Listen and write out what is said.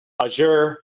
Azure